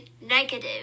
negative